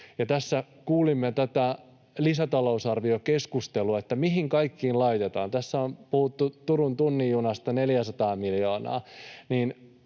Tässä kuulimme lisätalousarviokeskustelua, mihin kaikkeen rahaa laitetaan. Tässä on puhuttu Turun tunnin junasta, 400 miljoonaa,